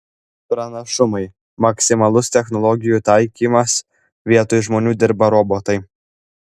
pranašumai maksimalus technologijų taikymas vietoj žmonių dirba robotai